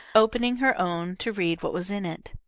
opening her own to read what was in it.